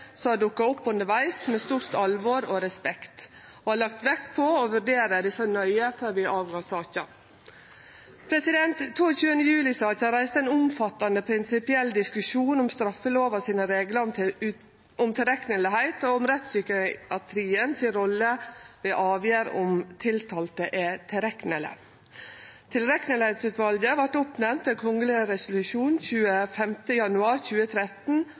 har dukka opp undervegs, med det største alvor og respekt og lagt vekt på å vurdere desse nøye før vi leverte saka. 22. juli-saka reiste ein omfattande prinsipiell diskusjon om straffelova sine reglar om å vere tilrekneleg og om rettsspsykiatrien si rolle ved avgjerd om tiltalte er tilrekneleg. Tilregnelighetsutvalget vart oppnemnt ved kgl. res. av 25. januar 2013